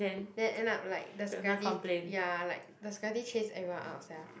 then end up like the security ya like the security chase everyone out sia